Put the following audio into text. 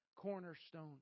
cornerstone